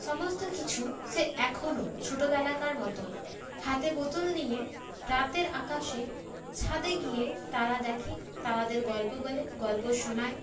সমস্ত কিছু সে এখনও ছোটোবেলাকার মতন হাতে পুতুল নিয়ে রাতের আকাশে ছাদে গিয়ে তারা দেখে তারাদের গল্প বলে গল্প শোনায়